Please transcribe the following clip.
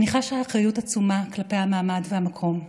אני חשה אחריות עצומה כלפי המעמד והמקום,